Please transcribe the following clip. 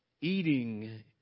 eating